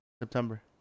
september